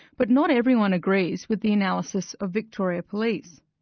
but not everyone agrees with the analysis of victoria police.